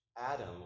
Adam